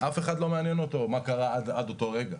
אף אחד לא מעניין אותו מה קרה עד אותו רגע,